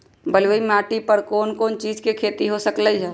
बलुई माटी पर कोन कोन चीज के खेती हो सकलई ह?